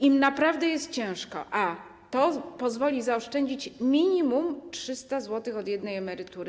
Im naprawdę jest ciężko, a to pozwoli zaoszczędzić minimum 300 zł od jednej emerytury.